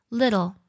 little